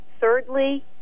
Thirdly